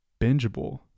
bingeable